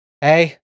hey